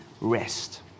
rest